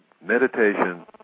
meditation